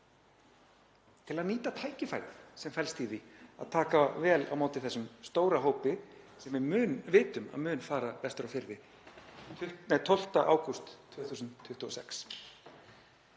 til að nýta tækifærið sem felst í því að taka vel á móti þessum stóra hópi sem við vitum að mun fara vestur á firði 12. ágúst 2026?